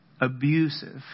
abusive